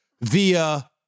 via